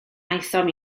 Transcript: aethom